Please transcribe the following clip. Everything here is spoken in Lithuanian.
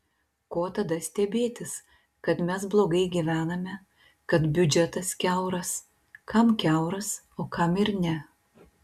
ko tada stebėtis kad mes blogai gyvename kad biudžetas kiauras kam kiauras o kam ir ne